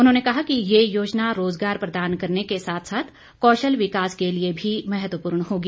उन्होंने कहा कि ये योजना रोजगार प्रदान करने के साथ साथ कौशल विकास के लिए भी महत्वपूर्ण होगी